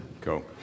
Go